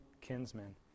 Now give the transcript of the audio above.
kinsmen